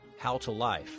howtolife